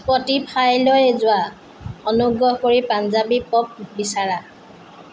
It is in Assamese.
স্পটিফাইলৈ যোৱা অনুগ্ৰহ কৰি পাঞ্জাৱী পপ বিচাৰা